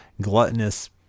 gluttonous